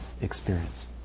experience